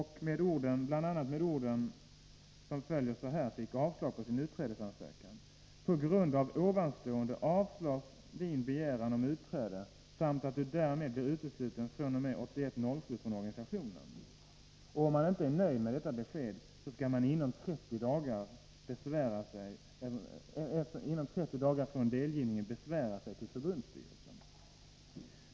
Han fick, bl.a. med följande ord, avslag på sin utträdesansökan: På grund av ovanstående avslås din begäran om utträde samt att du därmed blir utesluten fr.o.m. 81.07 från organisationen. — Om man inte är nöjd med detta besked skall man inom 30 dagar från delgivningen besvära sig till förbundsstyrelsen.